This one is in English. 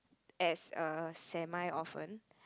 as a semi orphan